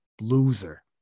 loser